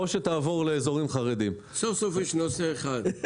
סוף סוף יש נושא אחד.